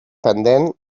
pendent